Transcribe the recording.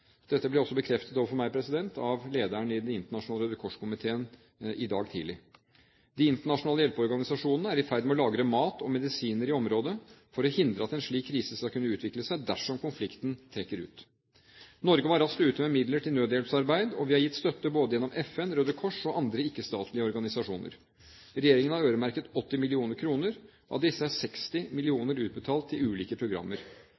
Dette ble også bekreftet overfor meg av lederen i Den internasjonale Røde Kors-komiteen i dag tidlig. De internasjonale hjelpeorganisasjonene er i ferd med å lagre mat og medisiner i området for å hindre at en slik krise skal kunne utvikle seg dersom konflikten trekker ut. Norge var raskt ute med midler til nødhjelpsarbeid, og vi har gitt støtte både gjennom FN, Røde Kors og andre ikke-statlige organisasjoner. Regjeringen har øremerket 80 mill. kr. Av disse er 60 mill. kr utbetalt til ulike programmer.